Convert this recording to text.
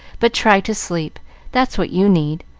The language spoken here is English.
but try to sleep that's what you need,